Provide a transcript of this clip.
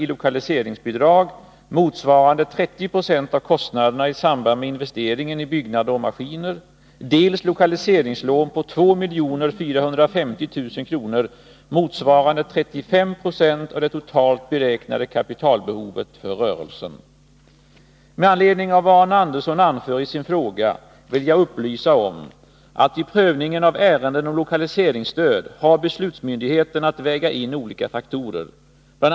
i lokaliseringsbidrag motsvarande 30 96 av kostnaderna i samband med investeringen i byggnader och maskiner, dels lokaliseringslån på 2 450 000 kr. motsvarande 35 2 av det totalt beräknade kapitalbehovet för rörelsen. Med anledning av vad Arne Andersson anför i sin fråga vill jag upplysa om att beslutsmyndigheten vid prövningen av ärenden om lokaliseringsstöd har att väga in olika faktorer. Bl.